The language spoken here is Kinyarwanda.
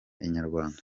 inyarwanda